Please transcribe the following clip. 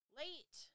late